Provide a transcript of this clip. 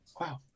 wow